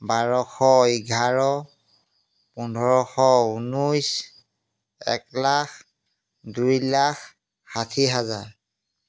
বাৰশ এঘাৰ পোন্ধৰশ ঊনৈছ এক লাখ দুই লাখ ষাঠি হাজাৰ